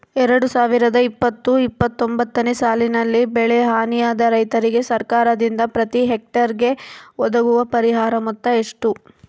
ಎರಡು ಸಾವಿರದ ಇಪ್ಪತ್ತು ಇಪ್ಪತ್ತೊಂದನೆ ಸಾಲಿನಲ್ಲಿ ಬೆಳೆ ಹಾನಿಯಾದ ರೈತರಿಗೆ ಸರ್ಕಾರದಿಂದ ಪ್ರತಿ ಹೆಕ್ಟರ್ ಗೆ ಒದಗುವ ಪರಿಹಾರ ಮೊತ್ತ ಎಷ್ಟು?